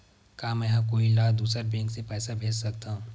का मेंहा कोई ला दूसर बैंक से पैसा भेज सकथव?